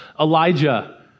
Elijah